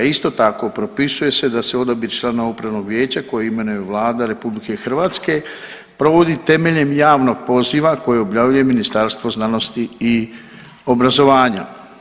Isto tako propisuje se da se odabir članova upravnog vijeća koje imenuje Vlada RH provodi temeljem javnog poziva koji objavljuje Ministarstvo znanosti i obrazovanja.